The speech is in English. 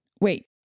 wait